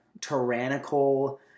tyrannical